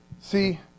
See